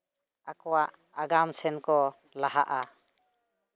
ᱟᱠᱚᱣᱟᱜ ᱟᱜᱟᱢ ᱥᱮᱱᱠᱚ ᱞᱟᱦᱟᱜᱼᱟ